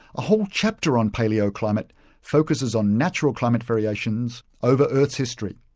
a whole chapter on palaeoclimate focuses on natural climate variations over earth's history.